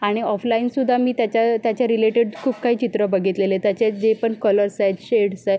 आणि ऑफलाईनसुद्धा मी त्याच्या त्याच्या रिलेटेड खूप काही चित्र बघितलेले त्याचे जे पण कलर्स आहेत शेड्स आहे